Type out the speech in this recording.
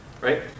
right